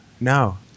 no